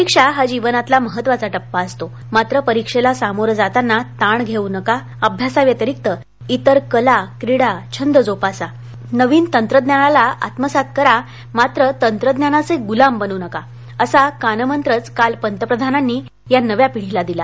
परीक्षा हा जीवनातला महत्त्वाचा टप्पा असतो मात्र परीक्षेला समोरं जाताना ताण घेऊ नका अभ्यासा व्यतिरिक्त इतर कला क्रीडा छंद जोपासा नवीन तंत्रज्ञानाला आत्मसात करा मात्र तंत्रज्ञानाचे गुलाम बनू नका असा कानमंत्रच काल पंतप्रधानांनी या नव्या पिढीला दिला